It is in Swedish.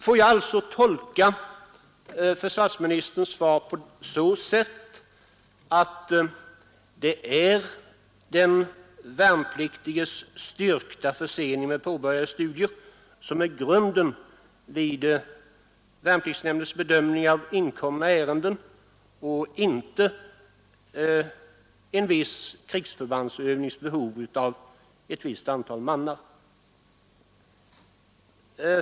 Får jag alltå tolka försvarsministerns svar på så sätt, att det är den värnpliktiges styrkta försening av påbörjade studier som är grunden vid värnpliktsnämndens bedömning av inkomna ärenden och inte en viss krigsförbandsövnings behov av ett visst antal man?